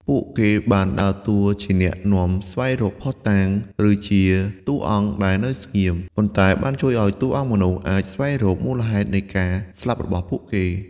ពួកគេបានដើរតួជាអ្នកនាំស្វែងរកភស្តុតាង ឬជាតួអង្គដែលនៅស្ងៀម ប៉ុន្តែបានជួយឲ្យតួអង្គមនុស្សអាចស្វែងរកមូលហេតុនៃការស្លាប់របស់ពួកគេ។